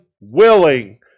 willing